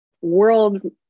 World